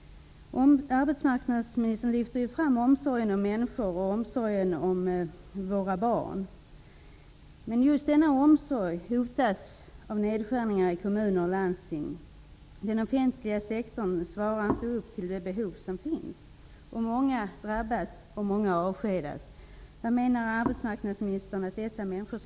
Arbetsmarknadsministern lyfter fram omsorgen om människor, omsorgen om våra barn. Men just denna omsorg hotas av nedskärningar i kommuner och landsting. Den offentliga sektorn svarar inte upp mot de behov som finns. Många drabbas.